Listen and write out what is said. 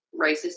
racist